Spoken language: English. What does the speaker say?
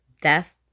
death